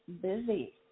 busy